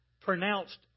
pronounced